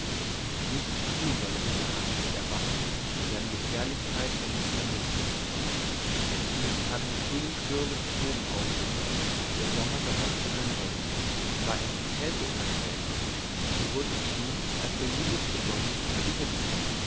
nicht spielen soll der knabe mit der waffe deren gefährlichkeit er nicht ermißt endlich hatten die frühlingsstürme zu toben aufgehört der sommer behauptete sein recht und war erst die kälte unerträglich so wurd es nun als der julius begonnen die hitze